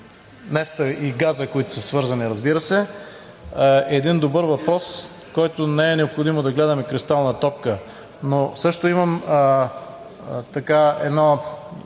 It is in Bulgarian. нефт и газ, които са свързани, разбира се, е един добър въпрос, който не е необходимо да гледаме в кристална топка. Но също имам така едно